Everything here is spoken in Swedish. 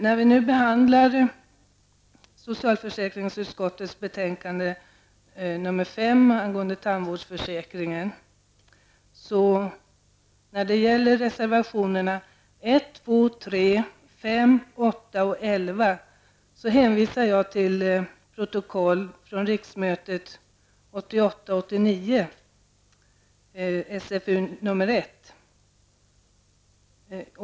När vi nu behandlar socialförsäkringsutskottets betänkande nr 5 angående tandvårdsförsäkringen vill jag därför när det gäller reservationerna 1, 2, 3, 1988/89 SfU1.